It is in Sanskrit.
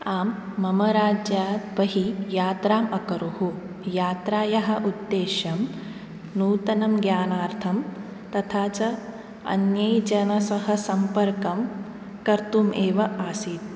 आं मम राज्यात् बहि यात्राम् अकरुः यात्रायाः उद्देश्यम् नूतनं ज्ञानार्थं तथा च अन्यैः जनः सह सम्पर्कं कर्तुम् एव आसीत्